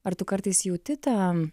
ar tu kartais jauti tą